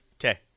Okay